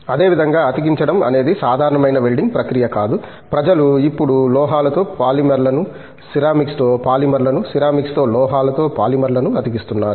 అదేవిధంగా అతికించడం అనేది సాధారణమైన వెల్డింగ్ ప్రక్రియ కాదు ప్రజలు ఇప్పుడు లోహాలతో పాలిమర్లను సిరామిక్స్తో పాలిమర్లను సిరామిక్స్తో లోహాలతో పాలిమర్లను అతికిస్తున్నారు